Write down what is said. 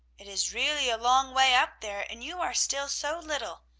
it is really a long way up there, and you are still so little.